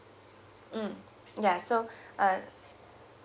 mm ya so uh